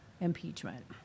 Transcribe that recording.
impeachment